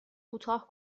کوتاه